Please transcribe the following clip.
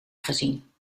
gezien